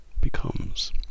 becomes